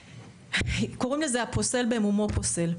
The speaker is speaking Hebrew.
קוראים לזה הפוסל במומו פוסל,